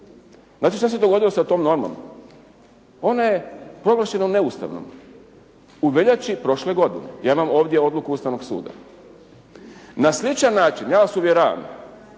Znate šta se dogodilo sa tom normom? Ona je proglašena neustavnom. U veljači prošle godine. Ja imam ovdje odluku Ustavnog suda. Na sličan način ja vas uvjeravam,